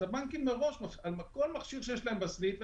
אז הבנקים מראש מפסידים על כל מכשיר שיש להם בסניף,